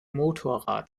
motorrad